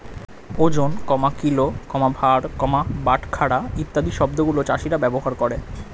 ওজন, কিলো, ভার, বাটখারা ইত্যাদি শব্দ গুলো চাষীরা ব্যবহার করে